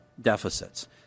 deficits